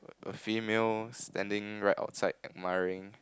a female standing right out side admiring